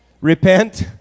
Repent